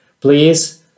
Please